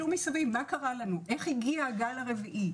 איך הגיע הגל הרביעי?